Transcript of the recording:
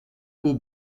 pół